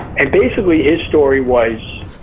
and basically his story was,